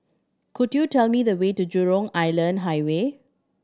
could you tell me the way to Jurong Island Highway